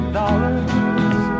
dollars